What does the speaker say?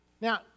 Now